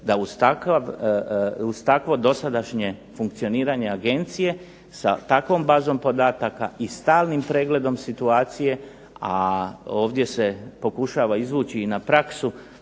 da uz takvo dosadašnje funkcioniranje agencije sa takvom bazom podataka i stalnim pregledom situacije, a ovdje se pokušava izvući i na praksu,